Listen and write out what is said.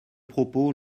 propos